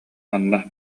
манна